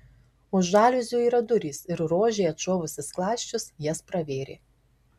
už žaliuzių yra durys ir rožė atšovusi skląsčius jas pravėrė